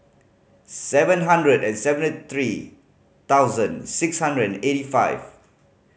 seven hundred and seventy three thousand six hundred and eighty five